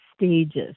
stages